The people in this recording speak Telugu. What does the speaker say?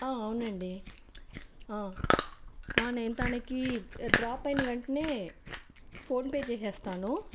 అవునండి నేన్ తనకి డ్రాప్ అయిన వెంటనే ఫోన్ పే చేసేస్తాను